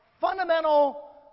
fundamental